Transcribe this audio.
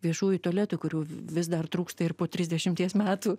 viešųjų tualetų kurių vis dar trūksta ir po trisdešimties metų